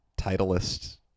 Titleist